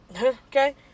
Okay